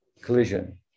collision